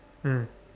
mm